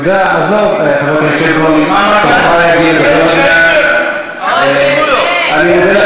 כמה משלמים לך כדי להקריא את זה?